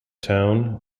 town